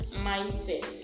mindset